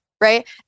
right